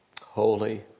holy